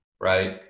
right